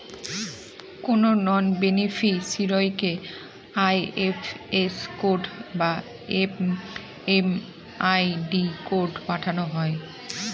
কোনো নন বেনিফিসিরইকে IFS code বা এম.এম.আই.ডি কোড পাঠানো হয়